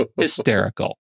hysterical